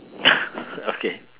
okay